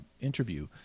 interview